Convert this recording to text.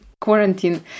quarantine